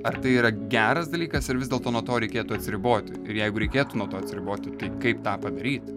ar tai yra geras dalykas ar vis dėlto nuo to reikėtų atsiriboti ir jeigu reikėtų nuo to atsiriboti tai kaip tą padaryt